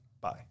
Bye